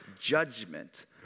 judgment